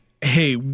hey –